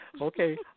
Okay